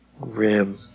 Rim